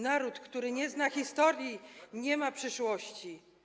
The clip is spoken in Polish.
Naród, który nie zna historii, nie ma przyszłości.